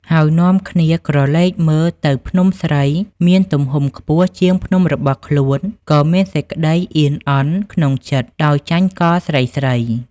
ហើយនាំគ្នាក្រឡកមើលទៅភ្នំស្រីមានទំហំខ្ពស់ជាងភ្នំរបស់ខ្លួន ក៏មានសេចក្តីអៀន អន់ក្នុងចិត្តដោយចាញ់កលស្រីៗ។